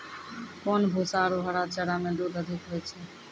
कोन भूसा आरु हरा चारा मे दूध अधिक होय छै?